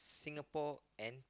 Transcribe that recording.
Singapore and